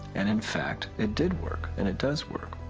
and, in fact, it did work, and it does work.